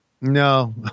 No